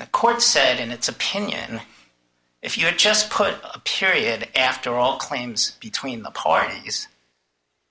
the court said in its opinion if you're just put a period after all claims between the parties